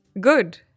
Good